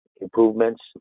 improvements